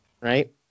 Right